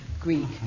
Greek